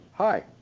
Hi